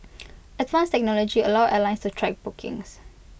advanced technology allows airlines to track bookings